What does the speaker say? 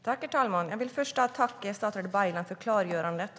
Herr talman! Jag vill först tacka statsrådet Baylan för klargörandet.